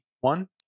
one